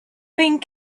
thing